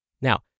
Now